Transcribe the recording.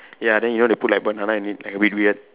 ya then you want to put banana in it like a bit weird